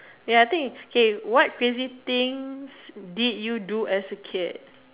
ya I think okay what crazy things did you do as a kid